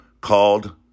called